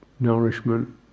nourishment